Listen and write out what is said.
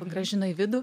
grąžino į vidų